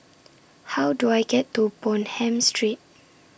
How Do I get to Bonham Street